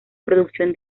producción